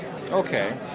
Okay